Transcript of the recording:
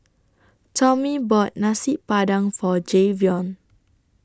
Tomie bought Nasi Padang For Jayvion